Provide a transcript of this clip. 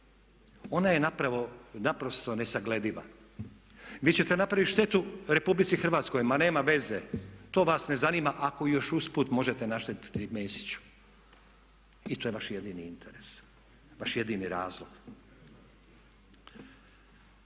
ona je naprosto nesaglediva. Vi ćete napraviti štetu RH, ma nema veze, to vas ne zanima ako još usput možete naštetiti Mesiću. I to je vaš jedini interes, vaš jedini razlog.